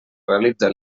realitza